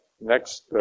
next